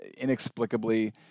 inexplicably